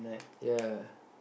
ya